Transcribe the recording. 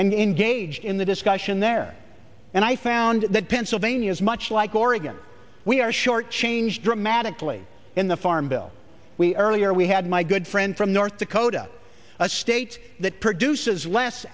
and engaged in the discussion there and i found that pennsylvania is much like oregon we are short changed dramatically in the farm bill we earlier we had my good friend from north dakota a state that produces less